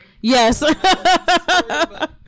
Yes